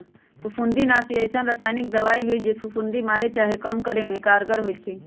फफुन्दीनाशी अइसन्न रसायानिक दबाइ हइ जे फफुन्दी मारे चाहे कम करे में कारगर होइ छइ